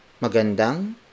magandang